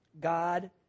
God